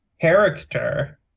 character